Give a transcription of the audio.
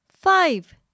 five